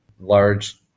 large